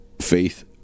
faith